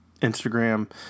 Instagram